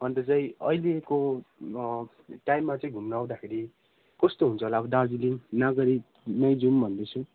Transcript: अनि त चाहिँ अहिलेको टाइममा चाहिँ घुम्नु आउँदाखेरि कस्तो हुन्छ होला अब दार्जिलिङ नागरी नै जाऊँ भन्दैछु